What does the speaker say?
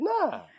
Nah